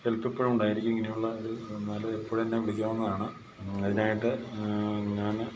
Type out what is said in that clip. help എപ്പോഴും ഉണ്ടായിരിക്കും ഇങ്ങനെയുള്ള ഒരു എന്നാൽ എപ്പോഴും എന്നെ വിളിക്കാവുന്നതാണ് അതിനായിട്ട് ഞാൻ